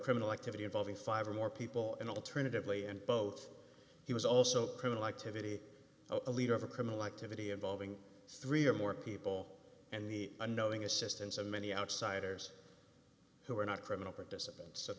criminal activity involving five or more people and alternatively and both he was also criminal activity a leader of a criminal activity involving three or more people and the unknowing assistance of many outsiders who were not criminal participants